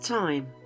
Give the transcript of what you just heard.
time